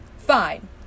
fine